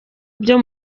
byo